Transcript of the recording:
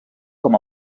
com